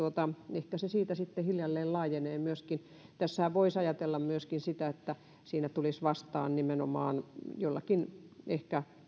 ehkä se siitä sitten hiljalleen myöskin laajenee tässähän voisi ajatella myöskin sitä että siinä tultaisiin vastaan nimenomaan ehkä